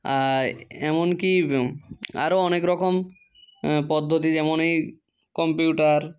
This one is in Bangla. এমনকি আরও অনেকরকম পদ্ধতি যেমন এই কম্পিউটার